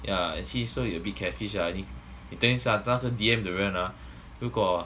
yeah actually so its a bit catfish ah 你跟一下那些 D_M 的人 ah 如果